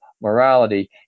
morality